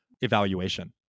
evaluation